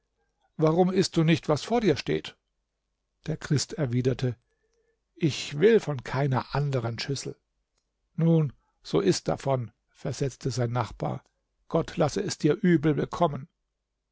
warum ißt du nicht was vor dir steht der christ erwiderte ich will von keiner anderen schüssel nun so iß davon versetzte sein nachbar gott lasse es dir übel